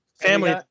family